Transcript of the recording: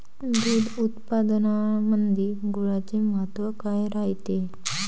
दूध उत्पादनामंदी गुळाचे महत्व काय रायते?